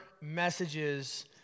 messages